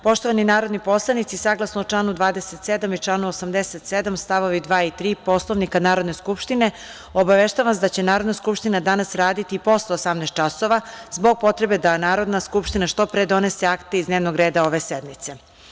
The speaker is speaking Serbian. Poštovani narodni poslanici, saglasno članu 27. i članu 87. st. 2. i 3. Poslovnika Narodne skupštine, obaveštavam vas da će Narodna skupština danas raditi i posle 18.00 časova, zbog potrebe da Narodna skupština što pre donese akte iz dnevnog reda ove sednice.